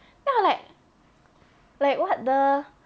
then I'm like like what the